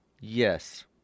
Yes